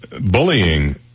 Bullying